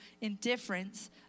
indifference